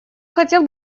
хотел